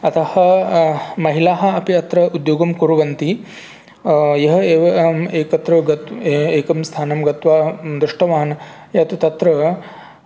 अतः महिलाः अपि अत्र उद्योगं कुर्वन्ति ह्यः एव अहम् एकत्र ग एकं स्थानं गत्वा दृष्टवान् यत् तत्र